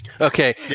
Okay